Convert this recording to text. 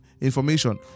information